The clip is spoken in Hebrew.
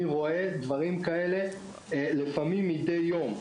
אני רואה דברים כאלה מדי יום.